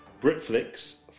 BritFlix